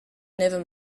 never